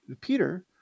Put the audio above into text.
Peter